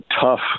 tough